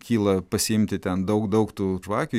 kyla pasiimti ten daug daug tų žvakių